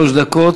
שלוש דקות.